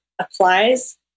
applies